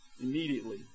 immediately